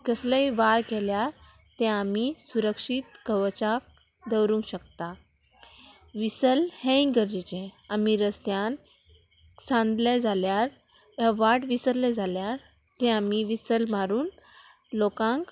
केसलेय वार केल्यार ते आमी सुरक्षीत कवचाक दवरूंक शकता विसल हेंय गरजेचें आमी रस्त्यान सांदले जाल्यार वाट विसरले जाल्यार ते आमी विसल मारून लोकांक